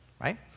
Right